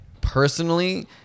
personally